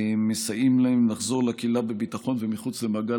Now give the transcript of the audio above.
מסייעים להם לחזור לקהילה בביטחון ומחוץ למעגל